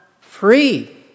free